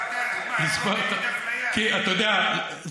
אני אתן לך דוגמה,